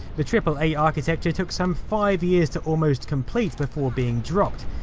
the triple a architecture took some five years to almost complete before being dropped.